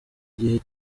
gihe